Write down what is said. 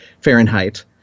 Fahrenheit